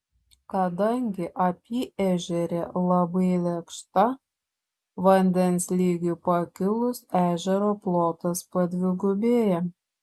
kadangi apyežerė labai lėkšta vandens lygiui pakilus ežero plotas padvigubėja